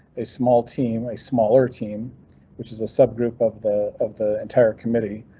a small team, a smaller team which is a subgroup of the of the entire committee,